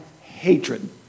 hatred